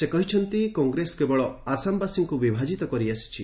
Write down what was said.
ସେ କହିଛନ୍ତି କଂଗ୍ରେସ କେବଳ ଆସାମବାସୀଙ୍କୁ ବିଭାଜିତ କରିଆସିଛି